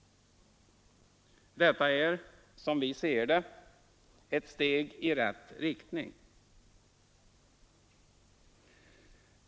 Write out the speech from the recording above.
Detta är, som vi ser det, ett steg i rätt riktning.